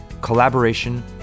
collaboration